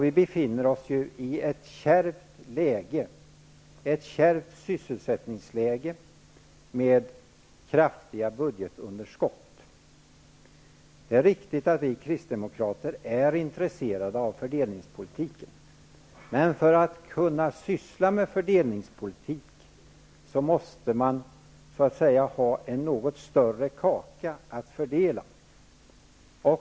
Vi befinner oss i ett kärvt sysselsättningsläge med kraftiga budgetunderskott. Det är riktigt att vi kristdemokrater är intresserade av fördelningspolitiken, men för att kunna syssla med fördelningspolitik måste man ha en något större kaka att fördela.